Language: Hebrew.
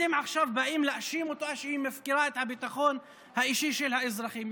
אתם עכשיו באים להאשים אותה שהיא מפקירה את הביטחון האישי של האזרחים.